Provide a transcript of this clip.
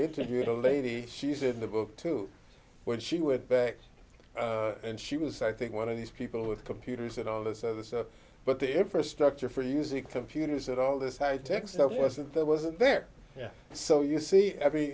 interviewed a lady she said in the book to when she would back and she was i think one of these people with computers and all this other stuff but the infrastructure for using computers that all this high tech stuff wasn't there wasn't there yet so you see every